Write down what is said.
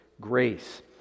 grace